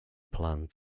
planned